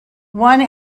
one